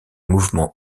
mouvement